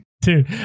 dude